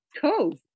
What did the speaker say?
Cool